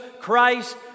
Christ